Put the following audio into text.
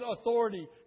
authority